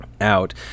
out